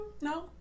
No